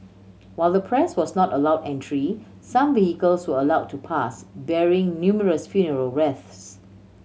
while the press was not allowed entry some vehicles were allowed to pass bearing numerous funeral wreaths